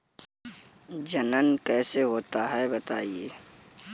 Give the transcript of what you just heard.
जनन कैसे होता है बताएँ?